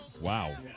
Wow